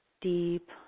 deep